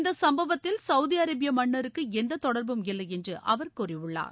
இந்த சும்பவத்தில் சவுதி அரேபிய மன்னருக்கு எந்த தொடர்பும் இல்லை என்று அவர் கூறியுள்ளார்